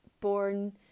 born